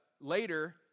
later